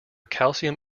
calcium